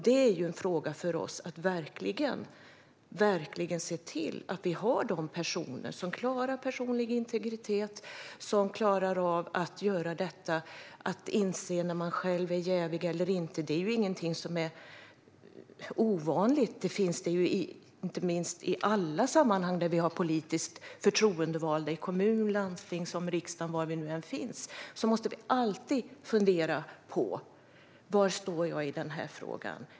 Det är en fråga för oss att verkligen se till att ha personer som klarar personlig integritet och som klarar av att inse när de själva är jäviga eller inte. Detta är inget ovanligt, utan det finns i alla sammanhang där det finns politiskt förtroendevalda - kommun, landsting, riksdag och var det nu än är. Man måste alltid fundera på var man står i denna fråga.